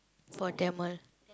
for Tamil